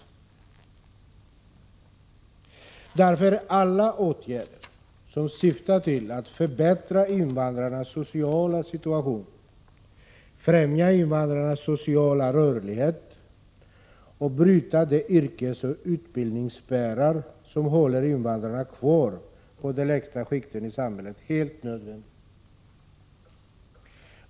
Därför är alla åtgärder som syftar till att förbättra invandrarnas sociala situation, främja invandrarnas sociala rörlighet och bryta de yrkesoch utbildningsspärrar som håller invandrarna kvar på de lägsta skikten i samhället helt nödvändiga.